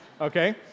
Okay